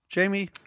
Jamie